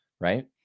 right